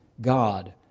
God